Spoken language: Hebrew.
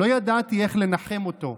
לא ידעתי איך לנחם אותו.